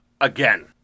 again